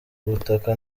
ubutaka